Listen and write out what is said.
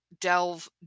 delve